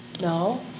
No